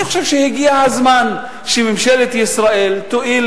אני חושב שהגיע הזמן שממשלת ישראל תואיל